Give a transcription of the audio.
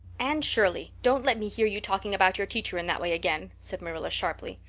anne shirley, don't let me hear you talking about your teacher in that way again, said marilla sharply.